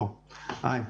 בבקשה.